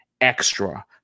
extra